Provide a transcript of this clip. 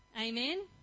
Amen